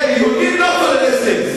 יהודים הם לא טרוריסטים,